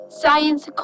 science